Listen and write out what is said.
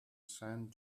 saint